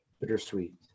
bittersweet